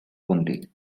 only